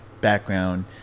background